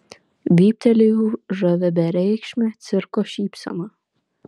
vyptelėjau žavia bereikšme cirko šypsena